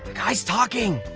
guy's talking.